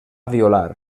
violar